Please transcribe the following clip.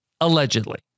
allegedly